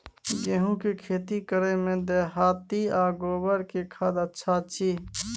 गेहूं के खेती करे में देहाती आ गोबर के खाद अच्छा छी?